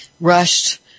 rushed